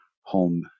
home